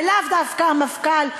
ולאו דווקא המפכ"ל,